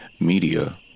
media